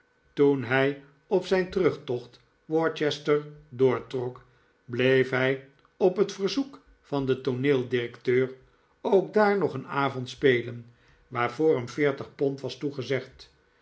toen hij op zijn terugtocht worcester doortrok bleef hij op het verzoek van den tooneeldirecteur ook daar nog een avond spelen waarvoor hem veertig pond was toegezegd